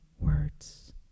words